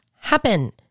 happen